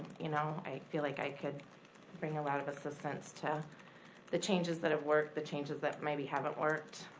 you know i feel like i could bring a lot of assistance to the changes that have worked, the changes that maybe haven't worked,